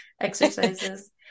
exercises